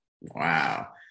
wow